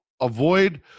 avoid